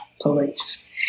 police